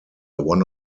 one